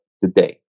today